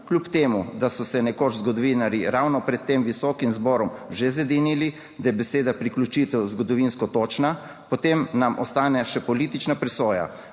kljub temu, da so se nekoč zgodovinarji ravno pred tem visokim zborom že zedinili, da je beseda priključitev zgodovinsko točna, potem nam ostane še politična presoja,